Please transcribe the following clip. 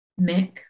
Mick